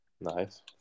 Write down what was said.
Nice